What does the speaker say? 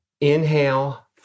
inhale